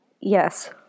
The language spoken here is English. yes